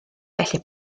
felly